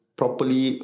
properly